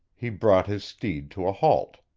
he brought his steed to a halt.